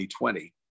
2020